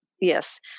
Yes